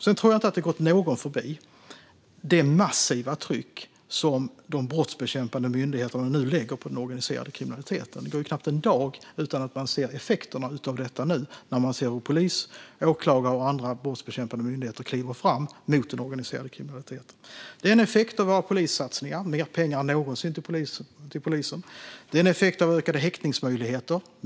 Jag tror inte att det har gått någon förbi det massiva tryck som de brottsbekämpande myndigheterna nu lägger på den organiserade kriminaliteten. Det går knappt en dag utan att man ser effekterna av detta när man ser hur polis, åklagare och andra brottsbekämpande myndigheter kliver fram mot den organiserade kriminaliteten. Det är en effekt av våra polissatsningar. Det går mer pengar än någonsin till polisen. Det är en effekt av ökade häktningsmöjligheter.